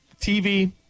TV